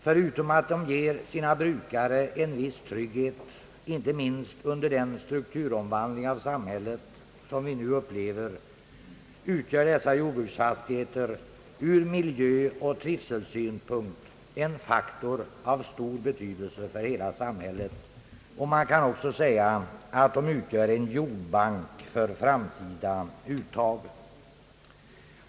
Förutom att de ger sina brukare en viss trygghet, inte minst under den strukturomvandling av samhället som vi nu upplever, utgör dessa jordbruksfastigheter från miljöoch trivselsynpunkt en faktor av stor betydelse för hela samhället. Man kan också säga att de utgör en jordbank för framtida uttag.